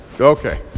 Okay